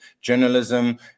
journalism